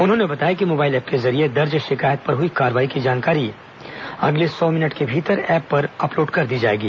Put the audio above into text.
उन्होंने बताया कि मोबाइल एप के जरिए दर्ज शिकायत पर हुई कार्रवाई की जानकारी अगले सौ मिनट के भीतर एप पर अपलोड कर दी जाएगी